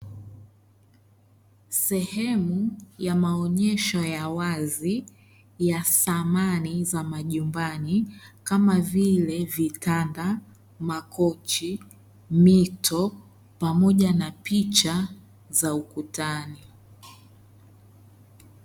Sehemu ya maonyesho ya wazi ya samani za majumbani kama vile vitanda , makochi , mito pamoja na picha za ukutani.